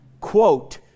quote